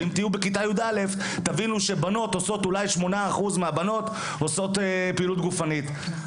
אם תהיו בכיתה י"א תבינו שאולי 8% מהבנות עושות פעילות גופנית.